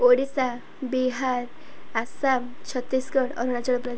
Odisha Bihar Assam Chhattisgarh Arunachal Pradesh